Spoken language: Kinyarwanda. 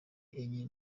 enye